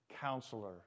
counselor